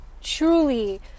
truly